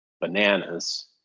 bananas